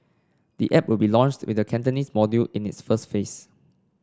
the app will be launched with the Cantonese module in its first phase